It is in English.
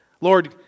Lord